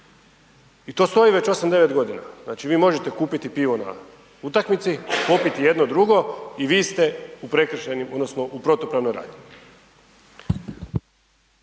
I to stoji već 8, 9 godina. Znači vi možete kupiti pivo na utakmici, popiti jedno, drugo i vi ste u prekršajnim